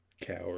Coward